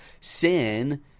sin